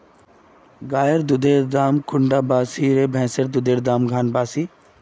गायेर दुधेर दाम कुंडा बासी ने भैंसेर दुधेर र दाम खान बासी?